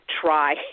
try